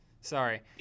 Sorry